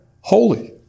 holy